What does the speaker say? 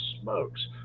smokes